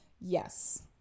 Yes